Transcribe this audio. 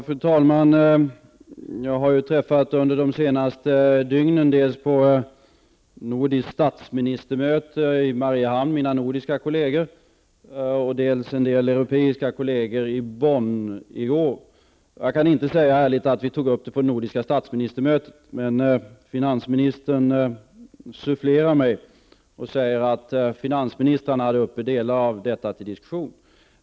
Fru talman! Jag har under de senaste dygnen dels träffat mina nordiska statsministerkolleger på ett statsministermöte i Mariehamn, dels träffat en del europeiska kolleger i Bonn i går. Jag kan inte säga ärligt att vi tog upp detta på det nordiska statsministermötet. Men finansministern sufflerar mig här och säger att finansministrarna tog upp delar av detta till diskussion.